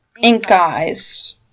ink-eyes